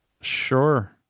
sure